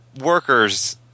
workers